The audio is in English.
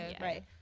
right